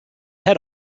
head